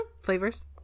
flavors